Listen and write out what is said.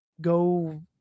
go